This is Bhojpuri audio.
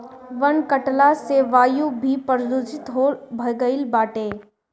वन कटला से वायु भी प्रदूषित हो गईल बाटे